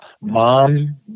Mom